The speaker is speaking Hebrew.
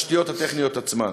מהתשתיות הטכניות עצמן.